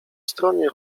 stronie